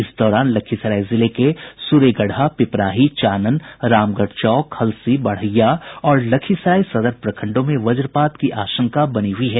इस दौरान लखीसराय जिले के सूर्यगढ़ा पिपराही चानन रामगढ़ चौक हलसी बड़हिया और लखीसराय सदर प्रखंडों में वजपात की आशंका बनी हुई है